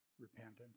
repentance